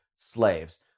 slaves